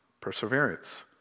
perseverance